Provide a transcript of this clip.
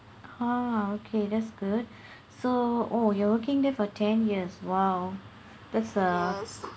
oh okay that's good so oh you're working there for ten years !wow! that's a